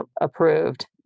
approved